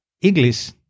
English